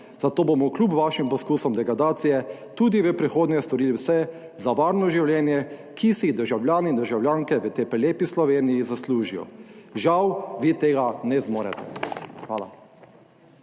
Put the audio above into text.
zato bomo kljub vašim poskusom degradacije tudi v prihodnje storili vse za varno življenje, ki si jih državljani in državljanke v tej prelepi Sloveniji zaslužijo. Žal vi tega ne zmorete. Hvala.